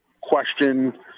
question